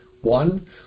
one